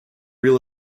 real